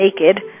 naked